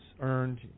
earned